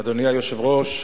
אדוני היושב-ראש,